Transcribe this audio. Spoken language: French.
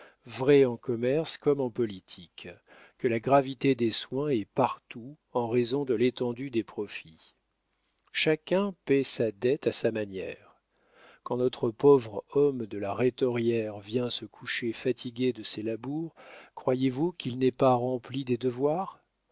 vrai en commerce comme en politique que la gravité des soins est partout en raison de l'étendue des profits chacun paie sa dette à sa manière quand notre pauvre homme de la rhétorière vient se coucher fatigué de ses labours croyez-vous qu'il n'ait pas rempli des devoirs